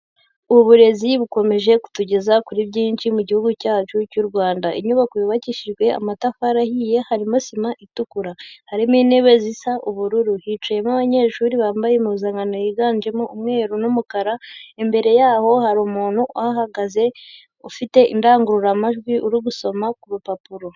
Uburezi bukomeje kutugeza kuri byinshi mu gihugu cyacu cy'u Rwanda, inyubako yubakishijwe amatafari ahiye harimo sima itukura, harimo intebe zisa ubururu, hicayemo abanyeshuri bambaye impuzankano yiganjemo umweru n'umukara, imbere yaho hari umuntu uhahagaze ufite indangururamajwi uri gusoma ku rupapuro.